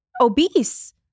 obese